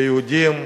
ליהודים,